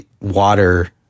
water